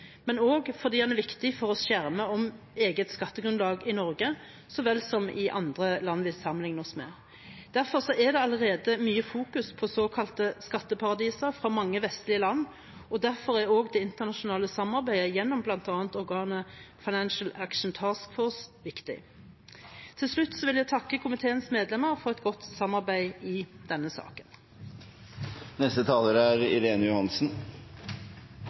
men også fordi det er viktig for å skjerme eget skattegrunnlag i Norge så vel som i andre land vi kan sammenligne oss med. Derfor er det allerede mye fokus på såkalte skatteparadiser i mange vestlige land, og derfor er også det internasjonale samarbeidet gjennom bl.a. organet Financial Action Task Force viktig. Til slutt vil jeg takke komiteens medlemmer for et godt samarbeid i denne saken. Jeg tenkte jeg ville kommentere avgiftsbiten spesielt. Det er